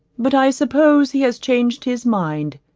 but i suppose he has changed his mind,